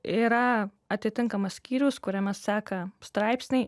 yra atitinkamas skyrius kuriame seka straipsniai